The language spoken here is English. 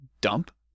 dump